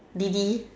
did you